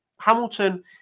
Hamilton